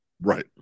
right